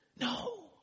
No